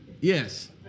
Yes